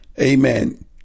Amen